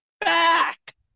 back